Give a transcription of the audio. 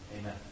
Amen